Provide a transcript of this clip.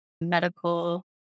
medical